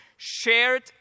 shared